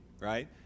right